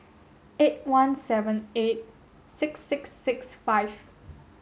eight one seven eight six six six five